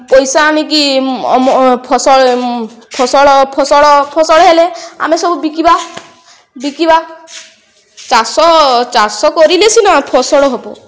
ପଇସା ଆଣିକି ଅମଳ ଫସଲ ଫସଲ ଫସଲ ହେଲେ ଆମେ ସବୁ ବିକିବା ବିକିବା ଚାଷ ଚାଷ କରିିଲେ ସିନା ଫସଲ ହେବ